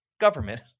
government